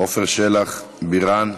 עפר שלח, מיכל בירן,